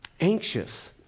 anxious